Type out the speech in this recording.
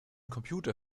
computer